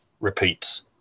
repeats